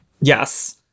Yes